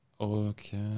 okay